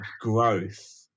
growth